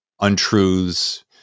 untruths